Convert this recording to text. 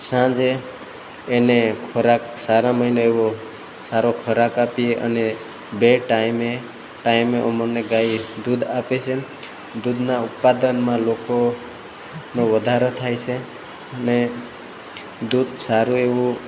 સાંજે એને ખોરાક સારા મહિને એવો સારો ખોરાક આપીએ અને બે ટાઈમે ટાઈમે અમોને ગાય દૂધ આપે છે દૂધનાં ઉત્પાદનમાં લોકો વધારા થાયે છે ને દૂધ સારું એવું